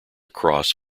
across